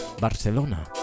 Barcelona